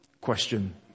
Question